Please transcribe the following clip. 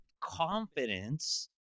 confidence